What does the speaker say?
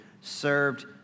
served